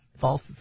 false